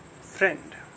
Friend